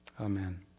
Amen